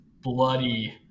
bloody